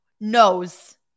Nose